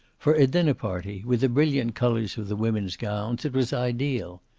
for a dinner party, with the brilliant colors of the women's gowns, it was ideal.